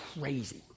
crazy